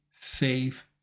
save